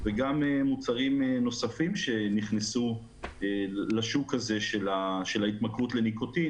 וגם מוצרים נוספים שנכנסו לשוק של ההתמכרות לניקוטין,